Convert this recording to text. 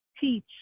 teach